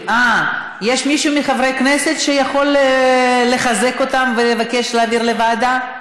יש מישהו מחברי הכנסת שיכול לחזק אותם ולבקש להעביר לוועדה?